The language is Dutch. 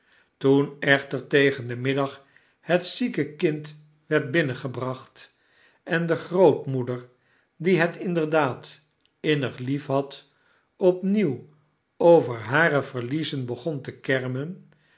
toen echter tegen den middag het zieke kind werd binnen gebracht en de grootmoeder die het inderdaad innig liefhad opnieuw over hare verliezen begon te kermen